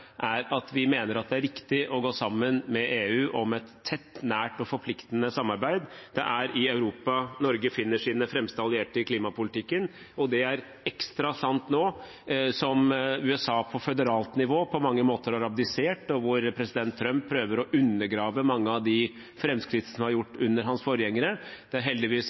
er at vi mener det er riktig å gå sammen med EU om et tett, nært og forpliktende samarbeid. Det er i Europa Norge finner sine fremste allierte i klimapolitikken. Det er ekstra sant nå som USA på føderalt nivå på mange måter har abdisert, og president Trump prøver å undergrave mange av de framskritt som er gjort under hans forgjengere. Det er heldigvis